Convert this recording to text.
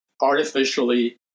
artificially